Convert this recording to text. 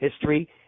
history